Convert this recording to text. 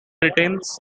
retains